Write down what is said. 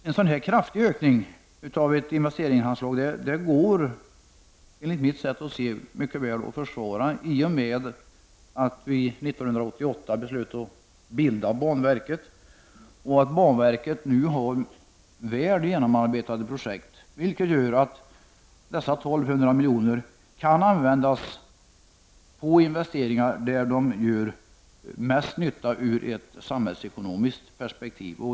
En sådan kraftig ökning av ett investeringsanslag går, enligt mitt sätt att se, mycket väl att försvara i och med att riksdagen under 1988 fattade beslut om att bilda banverket. Banverket har nu väl genomarbetade projekt. Därför kan dessa 1200 miljoner användas till investeringar där de gör mest nytta ur ett samhällsekonomiskt perspektiv.